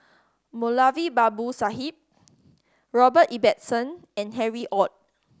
Moulavi Babu Sahib Robert Ibbetson and Harry Ord